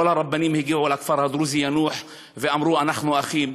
כל הרבנים הגיעו לכפר הדרוזי יאנוח ואמרו: אנחנו אחים,